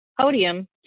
podium